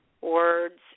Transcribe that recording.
words